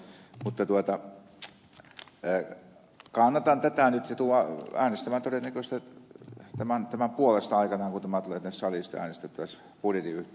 mutta kannatan tätä nyt ja tulen äänestämään todennäköisesti tämän puolesta aikanaan kun tämä tulee tänne saliin äänestettäväksi budjetin yhteydessä